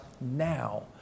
now